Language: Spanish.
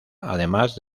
además